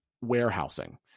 warehousing